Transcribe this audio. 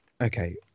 okay